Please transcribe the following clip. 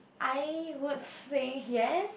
I would say yes